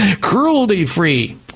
Cruelty-free